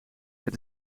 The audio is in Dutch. het